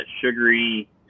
sugary